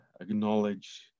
acknowledge